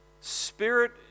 spirit